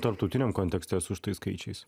tarptautiniam kontekste su šitais skaičiais